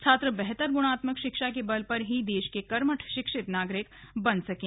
छात्र बेहतर गुणात्मक शिक्षा के बल पर ही देश के कर्मठ शिक्षित नागरिक बन सकें